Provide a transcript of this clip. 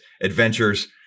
adventures